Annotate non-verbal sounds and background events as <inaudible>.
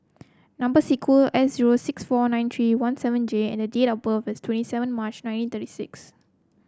number <unintelligible> S zero six four nine three one seven J and date of birth is twenty seven March nineteen thirty six